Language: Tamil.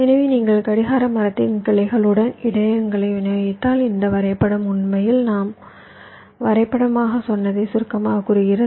எனவே நீங்கள் கடிகார மரத்தின் கிளைகளுடன் இடையகங்களை விநியோகித்தால் இந்த வரைபடம் உண்மையில் நான் வரைபடமாகச் சொன்னதைச் சுருக்கமாகக் கூறுகிறது